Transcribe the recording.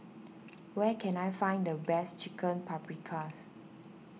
where can I find the best Chicken Paprikas